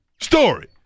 story